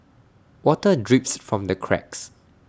water drips from the cracks